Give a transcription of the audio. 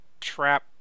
Trap